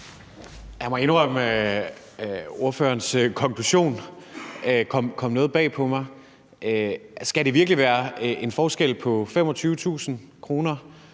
Jeg må indrømme, at ordførerens konklusion kommer noget bag på mig. Skal det virkelig være en forskel på 25.000 kr.